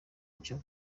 cyo